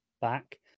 back